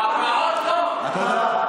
ההפגנות היו לגיטימיות, הפרעות לא.